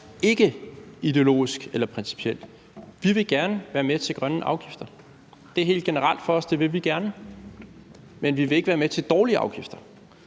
ikke ideologisk eller principiel. Vi vil gerne være med til grønne afgifter. Det er helt generelt for os, at det vil vi gerne. Men vi vil ikke være med til dårlige afgifter.